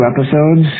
episodes